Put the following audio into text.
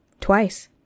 Twice